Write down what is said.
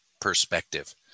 perspective